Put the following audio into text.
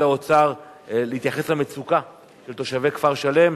האוצר להתייחס למצוקה של תושבי כפר-שלם.